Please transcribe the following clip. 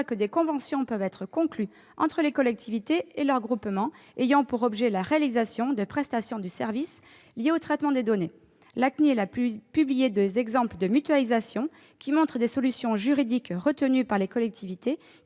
que des conventions peuvent être conclues entre les collectivités et leurs groupements ayant pour objet la réalisation de prestations de services liées au traitement de données. La CNIL a publié des exemples de mutualisation qui montrent que les solutions juridiques retenues par les collectivités